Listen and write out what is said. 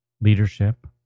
leadership